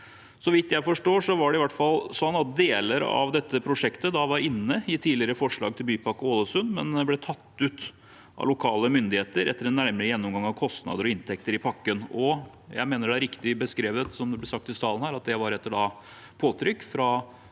Så vidt jeg forstår, var i hvert fall deler av dette prosjektet inne i tidligere forslag til Bypakke Ålesund, men det ble tatt ut av lokale myndigheter etter en nærmere gjennomgang av kostnader og inntekter i pakken. Jeg mener det er riktig beskrevet, som det ble sagt i salen her, at det var etter påtrykk fra